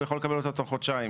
והוא יכול לקבל אותה תוך חודשיים,